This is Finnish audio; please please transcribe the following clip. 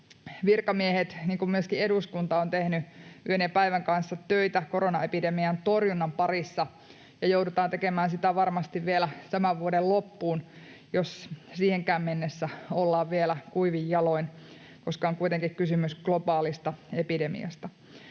virkamiehet kuin myöskin eduskunta ovat tehneet yön ja päivän kanssa töitä koronaepidemian torjunnan parissa, ja joudutaan tekemään sitä varmasti vielä tämän vuoden loppuun, jos siihenkään mennessä ollaan vielä kuivin jaloin, koska on kuitenkin kysymys globaalista epidemiasta.